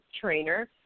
trainer